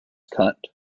cut